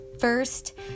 first